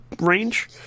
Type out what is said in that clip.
range